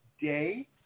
day